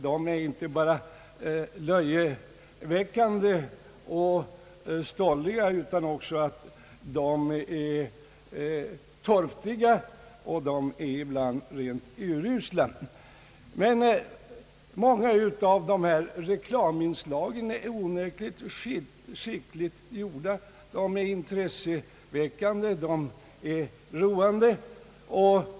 De är inte bara löjeväckande och stolliga utan också torftiga och ibland rent urusla. Många reklaminslag, sådana vi sett dem på våra biografer, är onekligt skickligt gjorda, intresseväckande och roande.